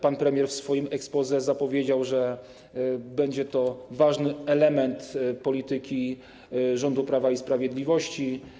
Pan premier w swoim exposé zapowiedział, że będzie to ważny element polityki rządu Prawa i Sprawiedliwości.